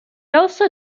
also